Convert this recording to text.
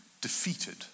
defeated